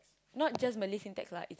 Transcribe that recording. not just Malay syntax lah it's